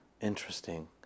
Interesting